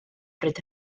bryd